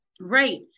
right